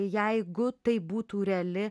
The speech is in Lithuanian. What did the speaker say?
jeigu tai būtų reali